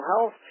health